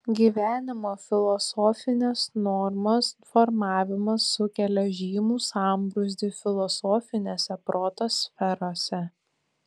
gyvenimo filosofinės normos formavimas sukelia žymų sambrūzdį filosofinėse proto sferose